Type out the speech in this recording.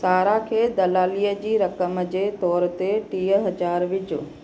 सारा खे दलालीअ जी रक़म जे तोर ते टीह हज़ार विझो